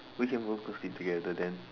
we can go to sleep together then